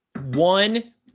one